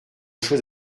chose